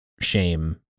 shame